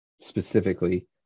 specifically